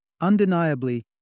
Undeniably